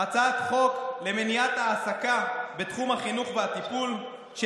הצעת חוק למניעת העסקה בתחום החינוך והטיפול של